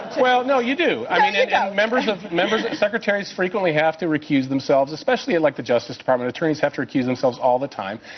well, no, you yeah members of members of secretaries frequently have to recuse themselves, especially in like the justice department. attorneys have to recuse themselves all the time.